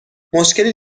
مشکلی